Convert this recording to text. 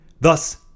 Thus